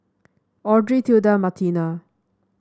Audrey Tilda Martina